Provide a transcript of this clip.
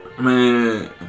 Man